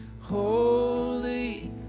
Holy